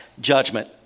judgment